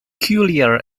peculiar